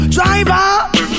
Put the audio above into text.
Driver